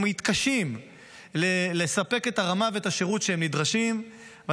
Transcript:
הם מתקשים לספק את הרמה ואת השירות שהם נדרשים להם,